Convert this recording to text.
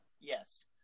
Yes